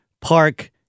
park